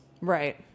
Right